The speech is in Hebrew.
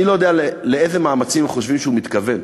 אני לא יודע לאיזה מאמצים חושבים שהוא מתכוון,